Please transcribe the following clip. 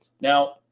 Now